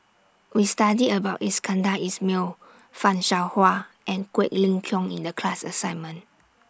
We studied about Iskandar Ismail fan Shao Hua and Quek Ling Kiong in The class assignment